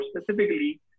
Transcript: specifically